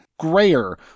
grayer